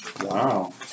Wow